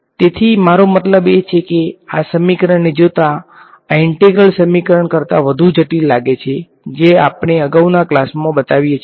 તેથી મારો મતલબ એ છે કે આ સમીકરણોને જોતા આ ઈંટેગ્રલ સમીકરણ કરતાં વધુ જટિલ લાગે છે જે આપણે અગાઉના ક્લાસમા બતાવીએ છીએ